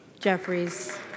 Jeffries